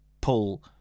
pull